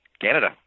Canada